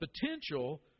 potential